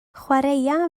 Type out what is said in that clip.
chwaraea